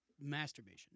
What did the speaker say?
masturbation